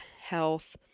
health